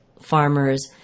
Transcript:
farmers